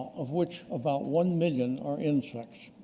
of which about one million are insects.